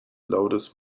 loudest